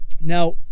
Now